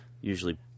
usually